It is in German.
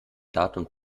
datum